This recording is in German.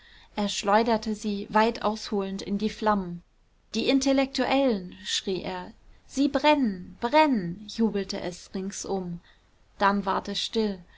er schleuderte sie weit ausholend in die flammen die intellektuellen schrie er sie brennen brennen jubelte es ringsum dann ward es still